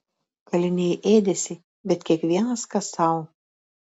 kaliniai ėdėsi bet kiekvienas kas sau